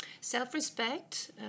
self-respect